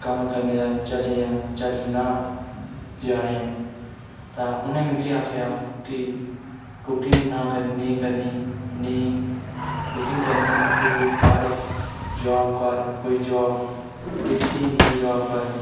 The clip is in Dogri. कम्म करने दा चलेआ चलना जा रेहा आं तां उ'नें मिगी आखेआ कि कुकिंग ना करने नेईं करनी कुकिंग करनी तू पढ़ जॉब कर कोई जॉब टीचिंग दी जॉब कर